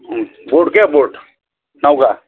बोट क्या बोट नौका